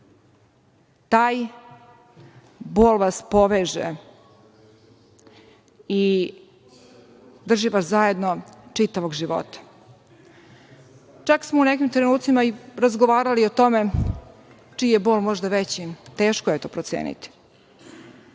Taj bol vas poveže i drži vas zajedno čitavog života. Čak smo u nekim trenucima razgovarali i o tome čiji je bol možda veći, teško je to proceniti,